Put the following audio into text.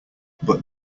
but